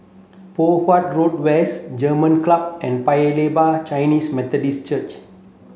Poh Huat Road West German Club and Paya Lebar Chinese Methodist Church